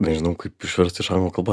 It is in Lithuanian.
nežinau kaip išverst iš anglų kalbos